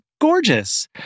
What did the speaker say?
gorgeous